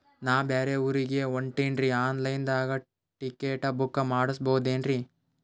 ನಾ ಬ್ಯಾರೆ ಊರಿಗೆ ಹೊಂಟಿನ್ರಿ ಆನ್ ಲೈನ್ ದಾಗ ಟಿಕೆಟ ಬುಕ್ಕ ಮಾಡಸ್ಬೋದೇನ್ರಿ?